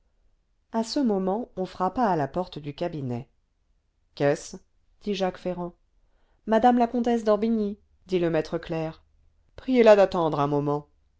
à ce moment on frappa à la porte du cabinet qu'est-ce dit jacques ferrand madame la comtesse d'orbigny dit le maître clerc priez-la d'attendre un moment